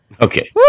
Okay